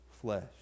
flesh